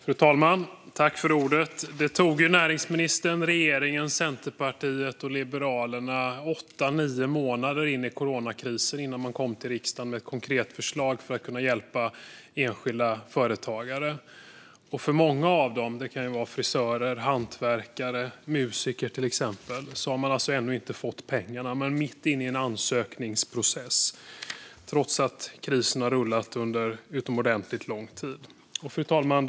Fru talman! Det tog näringsministern, regeringen, Centerpartiet och Liberalerna åtta nio månader in i coronakrisen innan de kom till riksdagen med ett konkret förslag för att kunna hjälpa enskilda företagare. Många av dem - det kan vara frisörer, hantverkare eller musiker - har ännu inte fått pengarna och är mitt inne i en ansökningsprocess, trots att krisen har rullat under utomordentligt lång tid. Fru talman!